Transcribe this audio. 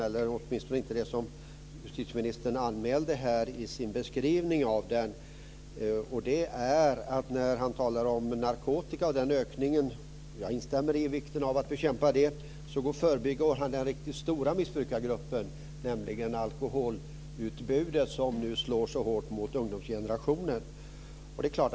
Det fanns åtminstone inte med i det som justitieministern anmälde i sin beskrivning av den. Han talar om narkotika och ökningen av narkotika. Jag instämmer i vikten av att bekämpa narkotika, men justitieministern förbigår den riktigt stora missbrukargruppen. Det handlar nämligen om alkoholutbudet, som nu slår så hårt mot ungdomsgenerationen.